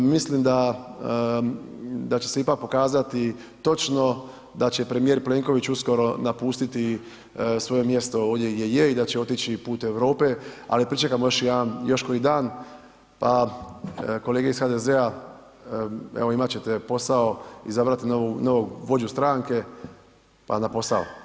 Mislim da, da će se ipak pokazati točno da će premijer Plenković uskoro napustiti svoje mjesto ovdje gdje je i da će otići put Europe, ali pričekajmo još jedan, još koji dan, pa kolege iz HDZ-a evo imat evo imat ćete posao izabrati novog vođu stranke, pa na posao.